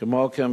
כמו כן,